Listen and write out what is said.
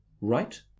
Right